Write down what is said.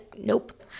nope